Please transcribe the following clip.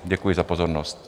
Děkuji za pozornost.